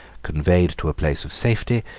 conveyed to a place of safety,